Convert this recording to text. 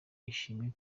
ishimwe